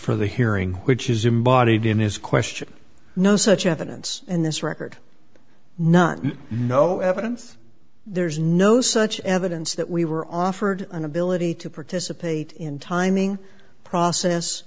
for the hearing which is embodied in his question no such evidence in this record none no evidence there's no such evidence that we were offered an ability to participate in timing process